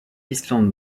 islands